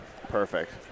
Perfect